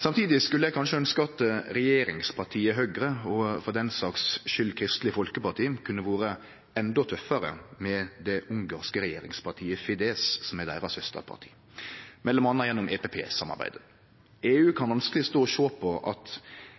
Samtidig skulle eg kanskje ønskje at regjeringspartiet Høgre og – for den saka si skuld – Kristeleg Folkeparti kunne vore endå tøffare med det ungarske regjeringspartiet Fidesz, som er søsterpartiet deira, m.a. gjennom EPP-samarbeidet. EU kan vanskeleg stå og sjå på at